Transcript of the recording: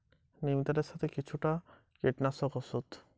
নিম তেলের সাথে কি মিশ্রণ করে দিলে গাছের পোকা রোধ হবে?